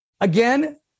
again